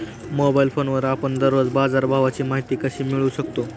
Mobile फोनवर आपण दररोज बाजारभावाची माहिती कशी मिळवू शकतो?